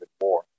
more